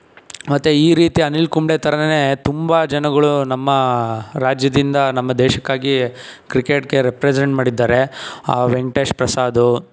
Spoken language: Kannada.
ಮತ್ತೆ ಈ ರೀತಿ ಅನಿಲ್ ಕುಂಬ್ಳೆ ಥರನೇ ತುಂಬಾ ಜನಗಳು ನಮ್ಮ ರಾಜ್ಯದಿಂದ ನಮ್ಮ ದೇಶಕ್ಕಾಗಿ ಕ್ರಿಕೆಟ್ಗೆ ರೆಪ್ರೆಸೆಂಟ್ ಮಾಡಿದ್ದಾರೆ ವೆಂಕಟೇಶ್ ಪ್ರಸಾದ್